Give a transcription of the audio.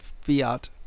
fiat